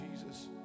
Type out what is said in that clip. jesus